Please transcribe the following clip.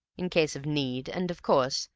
in case of need, and, of course,